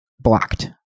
blocked